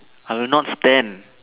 I will not stand